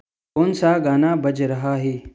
कौन सा गाना बज रहा है